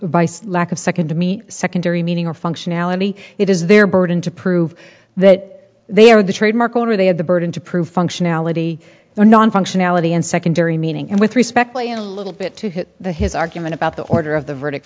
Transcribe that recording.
of lack of second to me secondary meaning or functionality it is their burden to prove that they are the trademark owner they have the burden to prove functionality or non functionality and secondary meaning and with respect lay a little bit to the his argument about the order of the verdict